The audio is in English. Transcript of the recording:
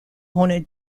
owner